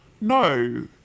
No